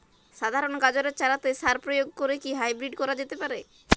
সাধারণ গাজরের চারাতে সার প্রয়োগ করে কি হাইব্রীড করা যেতে পারে?